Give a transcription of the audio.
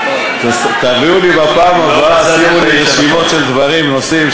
תעבירו לי בפעם הבאה רשימות של נושאים,